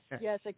yes